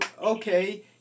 okay